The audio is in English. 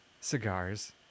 cigars